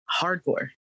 Hardcore